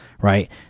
right